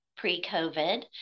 pre-COVID